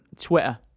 Twitter